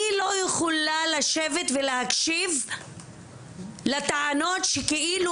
אני לא יכולה לשבת ולהקשיב לטענות שכאילו